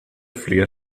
fler